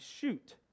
shoot